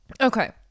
Okay